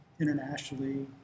internationally